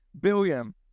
billion